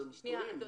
אתם טועים.